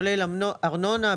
כולל ארנונה,